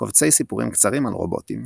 קובצי סיפורים קצרים על רובוטים